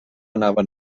anaven